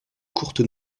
courtes